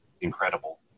incredible